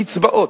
הקצבאות,